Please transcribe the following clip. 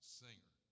singer